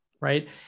right